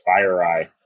FireEye